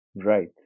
Right